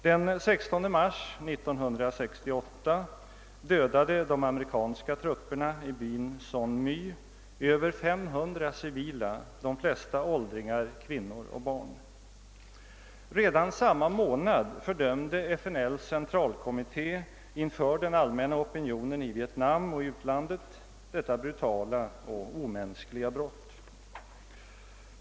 Den 16 mars 1968 dödade de amerikanska trupperna i byn Song My över 500 civila, de flesta åldringar, kvinnor och barn. Redan samma månad fördömde FNL:s centralkommitté inför den allmänna opinionen i Vietnam och i utlandet detta brutala och omänskliga brott.